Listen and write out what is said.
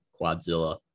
Quadzilla